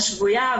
השגויה,